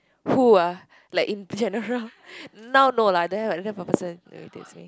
who ah like in general now no lah there like don't have a person irritates me